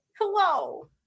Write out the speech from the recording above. Hello